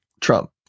trump